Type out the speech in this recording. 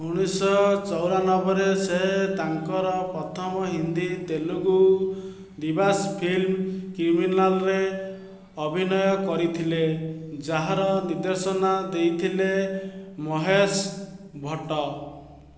ଉଣେଇଶ ଚଉରାନବେରେ ସେ ତାଙ୍କର ପ୍ରଥମ ହିନ୍ଦୀ ତେଲୁଗୁ ଦ୍ୱିଭାଷୀ ଫିଲ୍ମ କ୍ରିମିନାଲରେ ଅଭିନୟ କରିଥିଲେ ଯାହାର ନିର୍ଦ୍ଦେଶନା ଦେଇଥିଲେ ମହେଶ ଭଟ୍ଟ